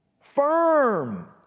Firm